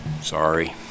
Sorry